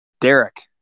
Derek